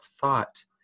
thought